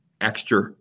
extra